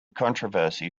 controversy